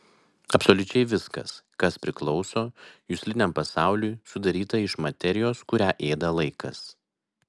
absoliučiai viskas kas priklauso jusliniam pasauliui sudaryta iš materijos kurią ėda laikas